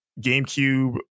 GameCube